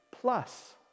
plus